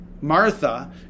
Martha